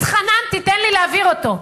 התחננתי: תן לי להעביר אותו.